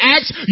Acts